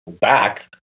back